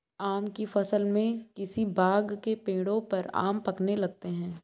आम की फ़सल में किसी बाग़ के पेड़ों पर आम पकने लगते हैं